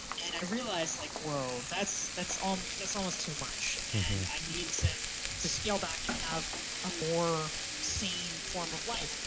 and i realized like well that's, that's um that's almost too much. and i need to to scale back and have a more seeing form of life.